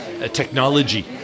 technology